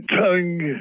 tongue